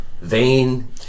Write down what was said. vain